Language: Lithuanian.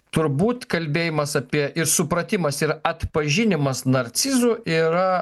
turbūt kalbėjimas apie ir supratimas ir atpažinimas narcizų yra